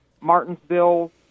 Martinsville